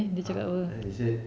ah then they say